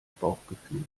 bauchgefühl